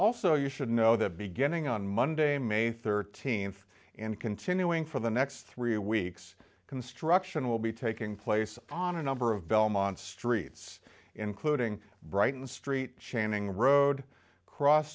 also you should know that beginning on monday may th and continuing for the next three weeks construction will be taking place on a number of belmont streets including brighton street chaining road cross